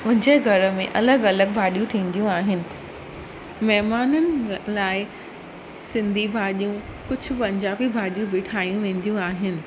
मुंहिंजे घर में अलॻि अलॻि भाॼियूं थींदियूं आहिनि महिमाननि लाइ सिंधी भाॼियूं कुझु पंजाबी भाॼियूं बि ठाहियूं वेंदियूं आहिनि